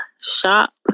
shop